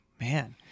Man